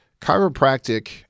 chiropractic